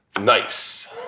nice